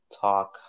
talk